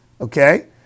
okay